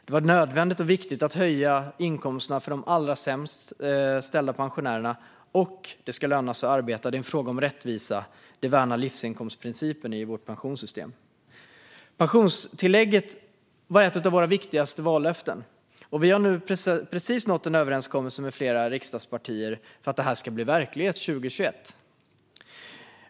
Det var nödvändigt och viktigt att höja inkomsterna för de allra sämst ställda pensionärerna. Det ska också löna sig att arbeta. Det är en fråga om rättvisa. Vi värnar livsinkomstprincipen i vårt pensionssystem. Pensionstillägget var ett av våra viktigaste vallöften. Vi har nu precis nått en överenskommelse med flera riksdagspartier för att detta ska bli verklighet 2021.